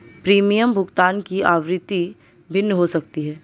premium भुगतान की आवृत्ति भिन्न हो सकती है